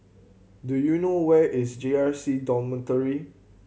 do you know where is J R C Dormitory